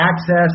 access